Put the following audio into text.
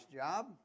job